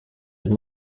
den